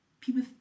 people